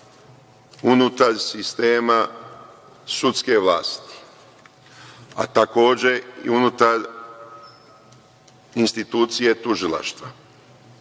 unutar sistema sudske vlasti, a takođe i unutar institucije tužilaštva.